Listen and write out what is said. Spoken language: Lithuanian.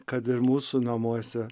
kad ir mūsų namuose